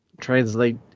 translate